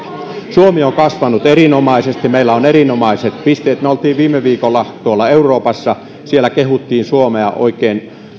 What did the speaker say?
suomi on kasvanut erinomaisesti meillä on erinomaiset pisteet me olimme viime viikolla euroopassa siellä kehuttiin suomea oikein